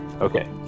Okay